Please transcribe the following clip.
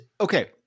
Okay